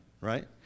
right